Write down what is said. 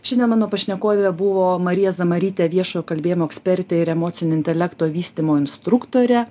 šiandien mano pašnekovė buvo marija zamarytė viešo kalbėjimo ekspertė ir emocinio intelekto vystymo instruktorė